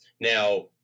Now